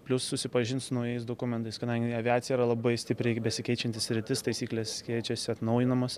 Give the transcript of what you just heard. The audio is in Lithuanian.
plius susipažint su naujais dokumentais kadangi aviacija yra labai stipriai besikeičianti sritis taisyklės keičiasi atnaujinamos